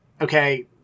okay